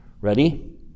Ready